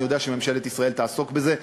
אני יודע שממשלת ישראל תעסוק בזה.